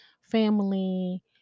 family